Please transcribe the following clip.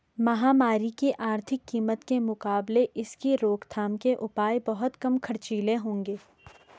महामारी की आर्थिक कीमत के मुकाबले इसकी रोकथाम के उपाय बहुत कम खर्चीले होंगे